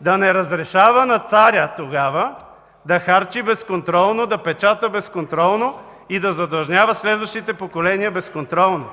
да не разрешава на царя тогава да харчи безконтролно, да печата безконтролно и да задлъжнява следващите поколения безконтролно.